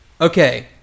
Okay